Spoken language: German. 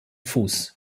fuß